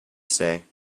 stay